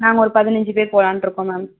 நாங்கள் ஒரு பதனஞ்சு பேர் போகலான்ருக்கோம் மேம்